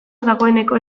dagoeneko